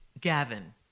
Gavin